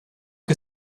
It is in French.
que